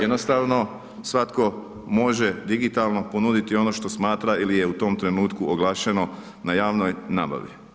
Jednostavno svatko može digitalno ponuditi ono što smatra ili je u tom trenutku oglašeno na javnoj nabavi.